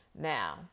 Now